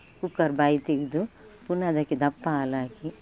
cooker ಬಾಯಿ ತೆಗೆದು ಪುನಃ ಅದಕ್ಕೆ ದಪ್ಪ ಹಾಲ್ ಹಾಕಿ